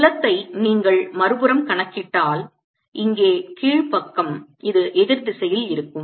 புலத்தை நீங்கள் மறுபுறம் கணக்கிட்டால் இங்கே கீழ் பக்கம் இது எதிர் திசையில் இருக்கும்